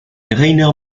rainer